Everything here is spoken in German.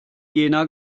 jena